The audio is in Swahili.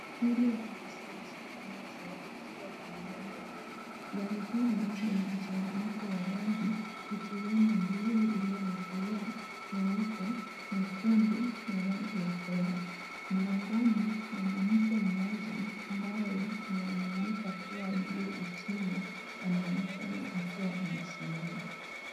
Hili ni basi la supermetro likiwa kwa mwendo. Gari hili lina mchanganyiko wa rangi ikiwemo buluu iliyokolea, nyeupe, nyekundu na rangi ya fedha, Mlangoni, mwanamke mmoja ambaye inaaminika kuwa ndiye utingo anaonekana akiwa amesimama.